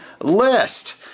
list